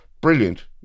Brilliant